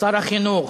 שר החינוך,